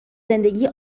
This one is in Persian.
زندگی